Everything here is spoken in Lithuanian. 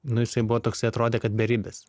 nu jisai buvo toksai atrodė kad beribis